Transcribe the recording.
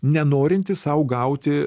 nenorintys sau gauti